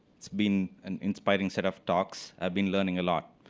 it's been an inspiring set of talks. i've been learning a lot.